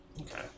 Okay